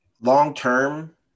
Long-term